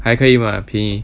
还可以 mah 便宜